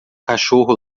cachorro